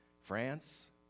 France